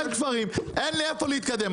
יש הרבה כפרים שאין להם לאיפה להתקדם.